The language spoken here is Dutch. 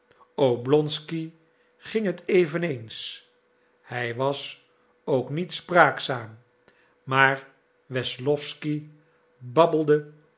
oblonsky ging het eveneens hij was ook niet spraakzaam maar wesslowsky babbelde